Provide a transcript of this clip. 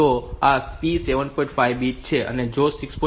5 bit 1 છે અને જો 6